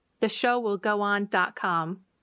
theshowwillgoon.com